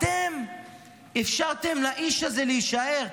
אתם אפשרתם לאיש הזה להישאר.